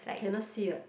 cannot see what